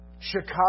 Chicago